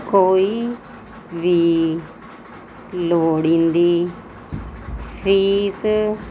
ਕੋਈ ਵੀ ਲੋੜੀਂਦੀ ਫੀਸ